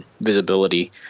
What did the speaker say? visibility